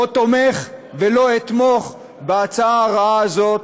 לא תומך ולא אתמוך בהצעה הרעה הזאת